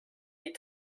die